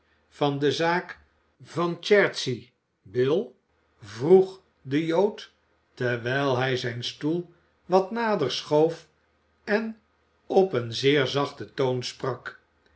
van de zaak van chertsey bill vroeg de jood terwijl hij zijn stoel wat nader schoof en op een zeer zachten toon sprak